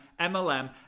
MLM